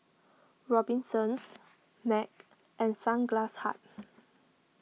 Robinsons Mac and Sunglass Hut